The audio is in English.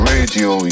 Radio